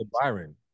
Byron